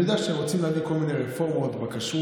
אני יודע שאתם רוצים להביא כל מיני רפורמות בכשרות,